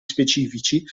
specifici